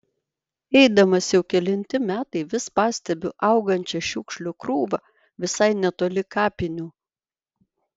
eidamas jau kelinti metai vis pastebiu augančią šiukšlių krūvą visai netoli kapinių